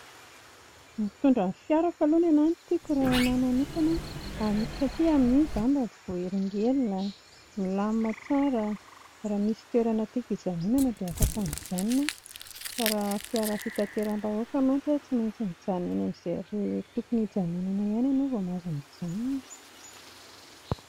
Mitondra ny fiarako aloha ny anà no tiako raha anà manokana satria amin'iny izaho mba tsy voahelingelina milamina tsara, raha misy toerana tiako hijanonana dia afaka mijanona aho fa raha fiara fitateram-bahoaka mantsy a tsy maintsy mijanona eny amin'izay arrêt tokony hijanonana ihany ianao vao mahazo mijanona